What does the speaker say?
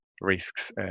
risks